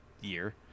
year